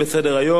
בסדר-היום.